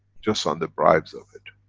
just on the bribes of it.